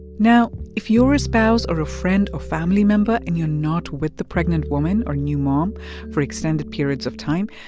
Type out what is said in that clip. now, if you're a spouse or a friend or family member and you're not with the pregnant woman or new mom for extended periods of time,